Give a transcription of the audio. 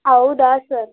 ಹೌದಾ ಸರ್